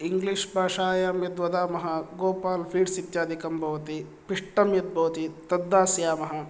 English भाषायां यद् वदामः गोपाल् फीड्स् इत्यादिकं भवति पृष्टं यद् भवति तद् दास्यामः